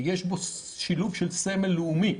שיש בו שילוב של סמל לאומי,